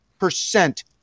percent